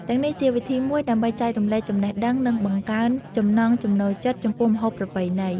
ទាំងនេះជាវិធីមួយដើម្បីចែករំលែកចំណេះដឹង និងបង្កើនចំណង់ចំណូលចិត្តចំពោះម្ហូបប្រពៃណី។